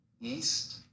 East